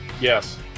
Yes